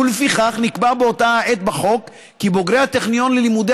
ולפיכך נקבע באותה העת בחוק כי בוגרי הטכניון ללימודי